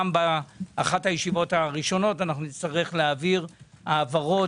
באחת הישיבות הראשונות נצטרך להעביר העברות